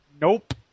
Nope